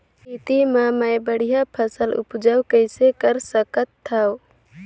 खेती म मै बढ़िया फसल उपजाऊ कइसे कर सकत थव?